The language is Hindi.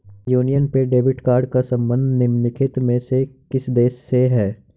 यूनियन पे डेबिट कार्ड का संबंध निम्नलिखित में से किस देश से है?